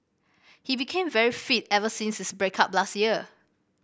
he became very fit ever since his break up last year